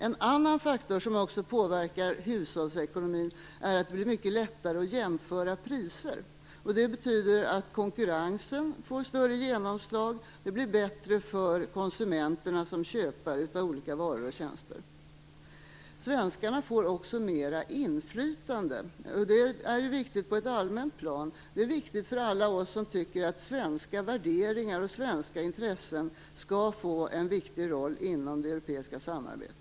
En annan faktor som också påverkar hushållsekonomin är att det blir mycket lättare att jämföra priser. Det betyder att konkurrensen får större genomslag. Det blir också bättre för konsumenterna som köpare av olika varor och tjänster. Svenskarna får också mera inflytande. Det är viktigt på ett allmänt plan. Det är viktigt för alla oss som tycker att svenska värderingar och svenska intressen skall få en viktig roll inom det europeiska samarbetet.